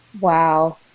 Wow